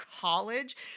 college